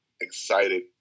excited